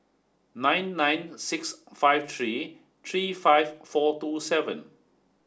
nine nine six five three three five four two seven